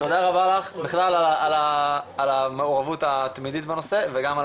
תודה רבה לך בכלל המעורבות התמידית בנושא וגם על